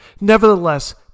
Nevertheless